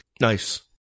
Nice